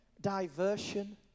diversion